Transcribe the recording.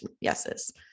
yeses